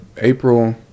April